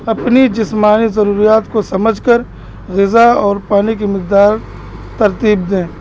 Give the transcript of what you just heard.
اپنی جسمانی ضروریات کو سمجھ کر غذا اور پانی کی مقدار ترتیب دیں